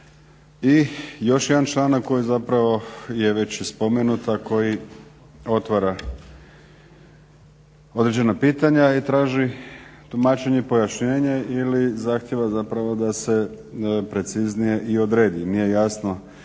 I još jedan članak koji je zapravo i već spomenut a koji otvara određena pitanja i traži tumačenje pojašnjenja ili zahtjeva zapravo da se preciznije i odredi. Nije jasno